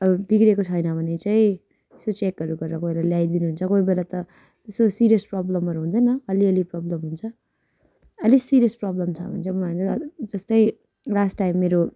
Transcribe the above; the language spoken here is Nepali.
अब बिग्रिएको छैन भने चाहिँ यसो चेकहरू गरेर गएर ल्याइ दिनुहुन्छ कोही बेला त यसो सिरियस प्रब्लमहरू हुँदैन अलिअलि प्रब्लम हुन्छ अलिक सिरियस प्रब्लम छ भने चाहिँ जस्तै लास्ट टाइम मेरो